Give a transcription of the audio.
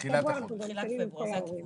תחילת פברואר אנחנו כבר מסיימים על כל ההורים.